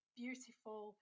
beautiful